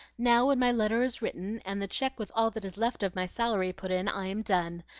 now, when my letter is written and the check with all that is left of my salary put in, i am done.